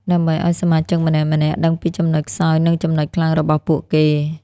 ដើម្បីឲ្យសមាជិកម្នាក់ៗដឹងពីចំណុចខ្សោយនិងចំណុចខ្លាំងរបស់ពួកគេ។